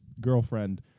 girlfriend